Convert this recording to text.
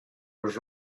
was